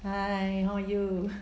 hi how are you